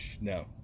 No